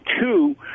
two